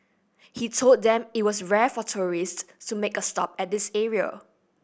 he told them it was rare for tourist to make a stop at this area